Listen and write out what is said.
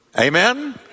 Amen